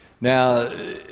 Now